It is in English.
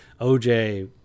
OJ